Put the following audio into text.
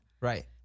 Right